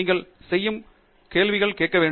நீங்கள் இப்போது கேள்விகள் கேட்க வேண்டும்